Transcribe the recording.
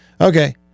Okay